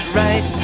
right